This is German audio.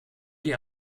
die